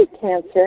cancer